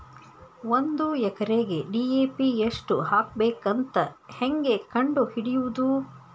ಒಂದು ಎಕರೆಗೆ ಡಿ.ಎ.ಪಿ ಎಷ್ಟು ಹಾಕಬೇಕಂತ ಹೆಂಗೆ ಕಂಡು ಹಿಡಿಯುವುದು?